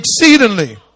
exceedingly